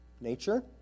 nature